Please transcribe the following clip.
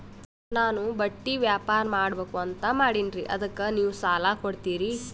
ನಾನು ಬಟ್ಟಿ ವ್ಯಾಪಾರ್ ಮಾಡಬಕು ಅಂತ ಮಾಡಿನ್ರಿ ಅದಕ್ಕ ನೀವು ಸಾಲ ಕೊಡ್ತೀರಿ?